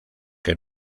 que